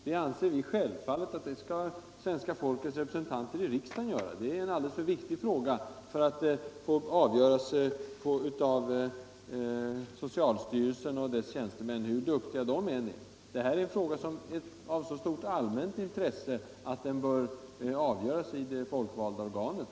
Det anser vi att svenska folkets representanter i riksdagen skall göra. Det är en alldeles för viktig fråga för att den skall avgöras av socialstyrelsen och dess tjänstemän, hur duktiga de än är. Detta är en fråga av så stort allmänt intresse att den bör avgöras i det folkvalda organet.